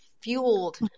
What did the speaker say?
fueled